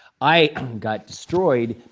i got destroyed,